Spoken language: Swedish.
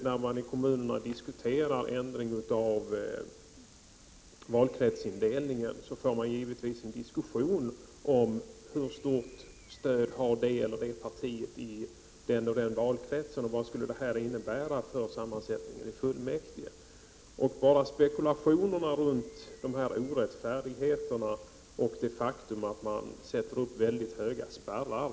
När man i kommunerna diskuterar ändring av valkretsindelningen uppkommer givetvis en diskussion om hur stort stöd det ena eller andra partiet har i den eller den valkretsen och vad detta skulle innebära för sammansättningen i fullmäktige. Det är inte bra med dessa spekulationer runt orättfärdigheterna, och det faktum att man sätter upp väldigt höga spärrar.